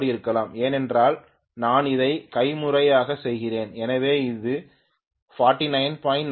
ஏனென்றால் நான் அதை கைமுறையாக செய்கிறேன் எனவே இது 49